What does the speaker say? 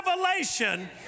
revelation